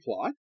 plot